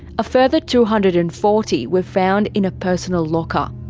a further two hundred and forty were found in a personal locker.